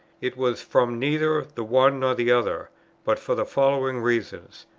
it was from neither the one nor the other but for the following reasons.